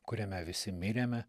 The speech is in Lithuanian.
kuriame visi mirėme